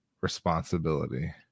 responsibility